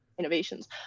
innovations